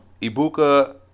Ibuka